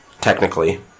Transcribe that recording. Technically